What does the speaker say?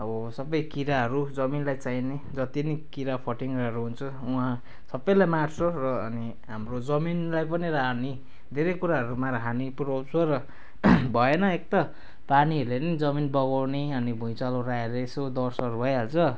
हो सबै किराहरू जमिनलाई चाहिने जति पनि किरा फटेङग्राहरू हुन्छ उहाँ सबैलाई मार्छ र अनि हाम्रो जमिनलाई पनि हानी धेरै कुराहरूमा हानी पुराउँछ र भएन एक त पानीहरूले पनि जमिन बगाउने अनि भुँइचालोहरू आयो भने यसो डर सर भइहाल्छ